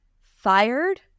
fired